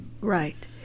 Right